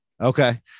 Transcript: Okay